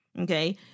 Okay